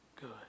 good